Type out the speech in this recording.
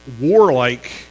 warlike